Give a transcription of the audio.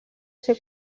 ser